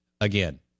again